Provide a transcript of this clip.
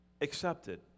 accepted